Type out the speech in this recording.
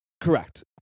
Correct